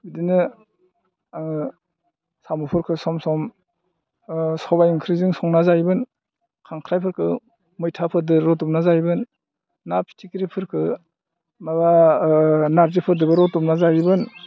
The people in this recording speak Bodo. बिदिनो आङो साम'फोरखौ सम सम सबाइ ओंख्रिजों संना जायोमोन खांख्राइफोरखौ मैथाफोरजों रुदबना जायोमोन ना फिथिख्रिफोरखौ माबा नारजिफोरजोंबो रुदबना जायोमोन